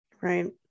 right